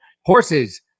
horses